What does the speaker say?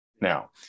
now